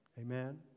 Amen